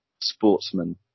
sportsman